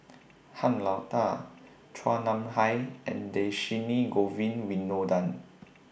Han Lao DA Chua Nam Hai and Dhershini Govin Winodan